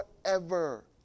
forever